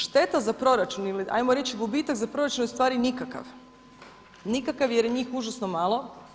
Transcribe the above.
Šteta za proračun ili hajmo reći gubitak za proračun je u stvari nikakav, nikakav jer je njih užasno malo.